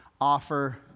offer